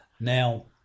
Now